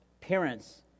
parents